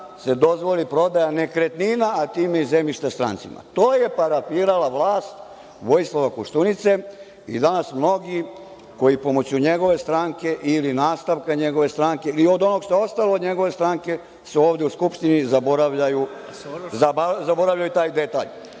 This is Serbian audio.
se dozvoli prodaja nekretnina, a time i zemljište strancima. To je parafirala vlast Vojislava Koštunice i danas mnogi koji pomoću njegove stranke ili nastavka njegove stranke ili od onoga što je ostalo od njegove stranke, a ovde su u Skupštini, zaboravljaju taj detalj. Druga